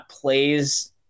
plays